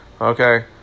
Okay